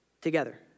together